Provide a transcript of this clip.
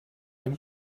dem